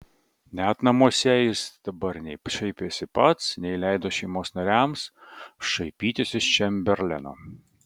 net namuose jis dabar nei šaipėsi pats nei leido šeimos nariams šaipytis iš čemberleno